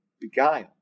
beguile